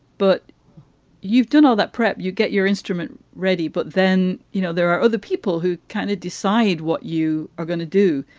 but you've done all that prep. you get your instrument ready. but then, you know, there are other people who kind of decide what you are gonna do.